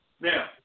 Now